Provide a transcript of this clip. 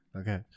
Okay